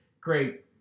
Great